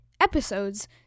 episodes